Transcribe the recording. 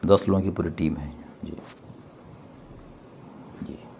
دس لوگوں کی پوری ٹیم ہے جی جی